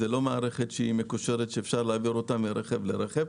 זה לא מערכת מקושרת שאפשר להעביר אותה מרכב לרכב.